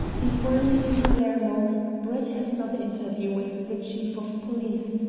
before leaving palermo brett had another interview with the chief of police,